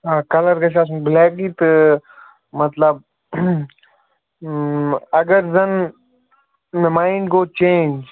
آ کَلَر گَژھِ آسُن بٕلیکٕے تہٕ مطلب اگر زَن مےٚ مایِنٛڈ گوٚو چینٛج